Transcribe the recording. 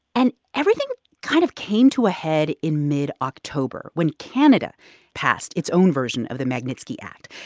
and everything kind of came to a head in mid-october, when canada passed its own version of the magnitsky act.